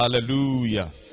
hallelujah